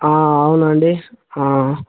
అవునండి